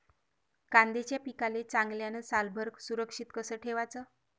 कांद्याच्या पिकाले चांगल्यानं सालभर सुरक्षित कस ठेवाचं?